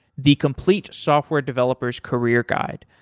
the complete software developers career guide.